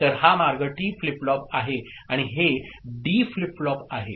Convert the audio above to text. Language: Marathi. तर हा मार्ग टी फ्लिप फ्लॉप आहे आणि हे डी फ्लिप फ्लॉप आहे